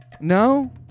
No